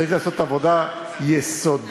צריך לעשות עבודה יסודית,